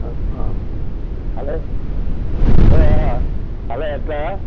आं आं हालो आं हालो येता